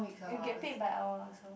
you get paid by hour also